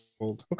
Okay